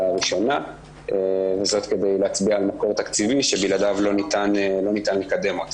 ראשונה וזאת כדי להצביע על מקור תקציבי שבלעדיו לא ניתן לקדם אותה.